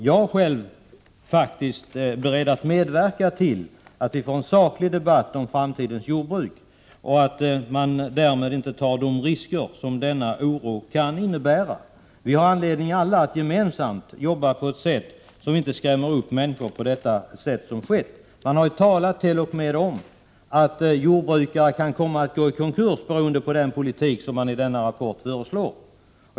Jag är själv beredd att medverka till att det förs en saklig debatt om framtidens jordbruk och att de risker som denna oro kan innebära därmed inte tas. Vi har all anledning att gemensamt arbeta på ett sådant sätt att människor inte skräms upp så som nu har skett. Det talas t.o.m. om att jordbrukare kan komma att gå i konkurs genom den politik som föreslås i denna rapport.